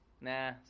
Nah